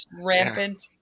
rampant